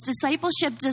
Discipleship